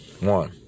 One